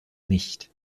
nicht